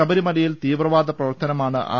ശബരിമലയിൽ തീവ്ര വാദ പ്രവർത്തനമാണ് ആർ